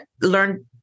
learn